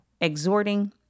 exhorting